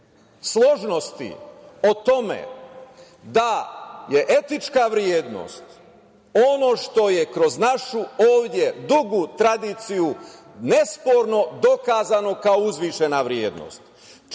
složnosti o tome da je etička vrednost ono što je kroz našu ovde dugu tradiciju nesporno dokazano kao uzvišena vrednost,